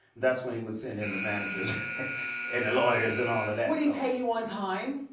that's when he would send in the managers and the lawyers and all of that. would he pay you on time,